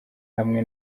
hamwe